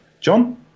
john